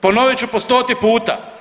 Ponovit ću po stoti puta.